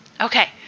Okay